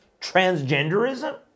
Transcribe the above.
transgenderism